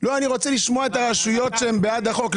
אני מתכוון שאני רוצה לשמוע את הרשויות שהן בעד החוק,